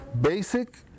Basic